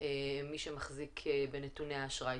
ומי שמחזיק בנתוני האשראי.